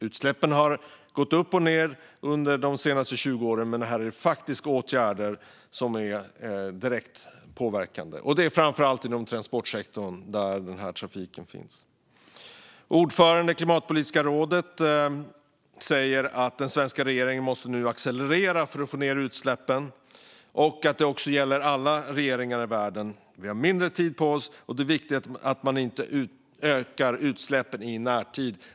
Utsläppen har gått upp och ned under de senaste 20 åren, men här är det alltså faktiska åtgärder som gett direkt påverkan. Det handlar framför allt om transportsektorn, där den här trafiken finns. Ordföranden i Klimatpolitiska rådet säger att den svenska regeringen nu måste accelerera för att få ned utsläppen - och att det gäller alla regeringar i världen. Vi har mindre tid på oss, och det är viktigt att inte öka utsläppen i närtid.